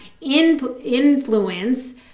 influence